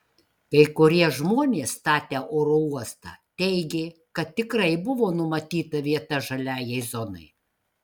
kai kurie žmonės statę oro uostą teigė kad tikrai buvo numatyta vieta žaliajai zonai